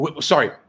Sorry